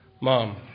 Mom